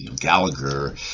Gallagher